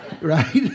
Right